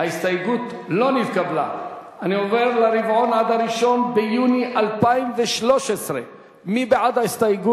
ההסתייגות מס' 2 לחלופין החמישית של קבוצת סיעת